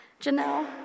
Janelle